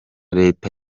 leta